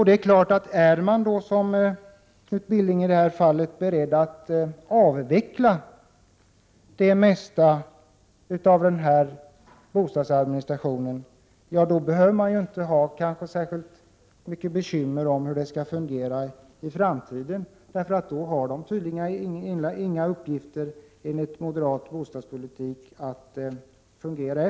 Det är klart att är man, som Knut Billing i det här fallet, beredd att avveckla det mesta av denna bostadsadministration, så behöver man inte ha särskilt mycket bekymmer om hur den skall fungera i framtiden. Enligt moderat bostadspolitik finns det ju inga uppgifter att fullgöra.